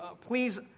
please